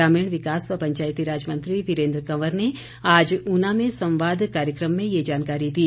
ग्रामीण विकास व पंचायती राज मंत्री वीरेन्द्र कंवर ने आज ऊना में संवाद कार्यक्रम में ये जानकारी दी